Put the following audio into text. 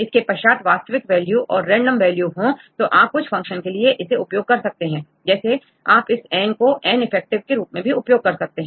आपके पास वास्तविक वैल्यू और रेंडम वैल्यू हो तो आप कुछ फंक्शन के लिए इसे उपयोग कर सकते हैं जैसे आप इस N को N इफेक्टिव के रूप में उपयोग कर सकते हैं